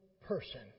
Person